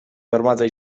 bermatzea